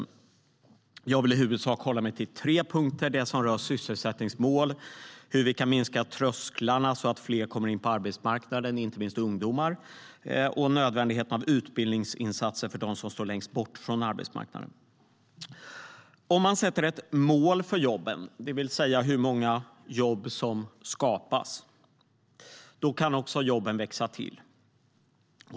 Om man sätter upp ett mål för jobben, det vill säga hur många jobb som ska skapas, då kan också antalet jobb växa till.